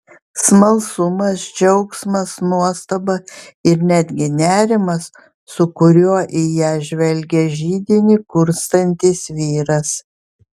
smalsumas džiaugsmas nuostaba ir netgi nerimas su kuriuo į ją žvelgė židinį kurstantis vyras